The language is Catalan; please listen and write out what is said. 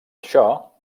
això